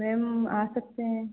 ma'am आ सकते हैं